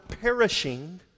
perishing